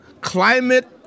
Climate